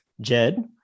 Jed